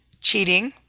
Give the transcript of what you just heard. cheating